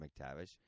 McTavish